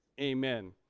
Amen